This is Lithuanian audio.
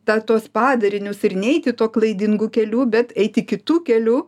tą tuos padarinius ir neiti tuo klaidingu keliu bet eiti kitu keliu